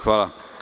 Hvala.